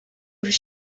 was